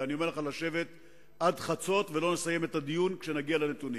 ולשבת עד חצות ולא לסיים את הדיון כשנגיע לנתונים.